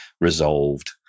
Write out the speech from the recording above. resolved